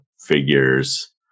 figures